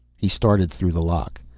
he started through the lock.